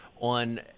on